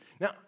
Now